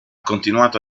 continuato